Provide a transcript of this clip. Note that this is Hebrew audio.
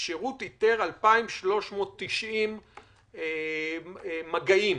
השירות איתר 2,390 מגעים.